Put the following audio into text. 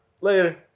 Later